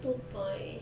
two point